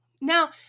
Now